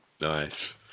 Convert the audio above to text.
Nice